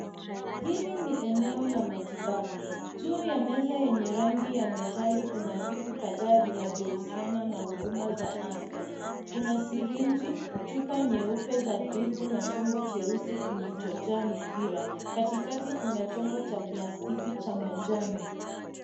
Hili ni eneo la matibabu. Juu ya meza yenye rangi ya metali, kuna vitu kadhaa vinavyohusiana na huduma za afya, kuna siringi, chupa nyeupe za dripu na chombo cheusi kilichojaa mipira. Katikati, kuna chombo cha plastiki cha manjano.